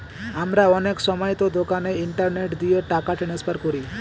আমরা অনেক সময়তো দোকানে ইন্টারনেট দিয়ে টাকা ট্রান্সফার করি